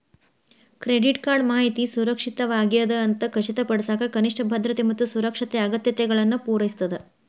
credit card ಮಾಹಿತಿ ಸುರಕ್ಷಿತವಾಗ್ಯದ ಅಂತ ಖಚಿತಪಡಿಸಕ ಕನಿಷ್ಠ ಭದ್ರತೆ ಮತ್ತ ಸುರಕ್ಷತೆ ಅಗತ್ಯತೆಗಳನ್ನ ಪೂರೈಸ್ತದ